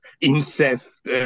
incest